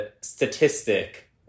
statistic